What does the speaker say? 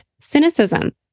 cynicism